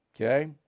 Okay